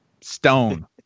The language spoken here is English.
Stone